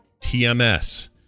TMS